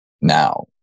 now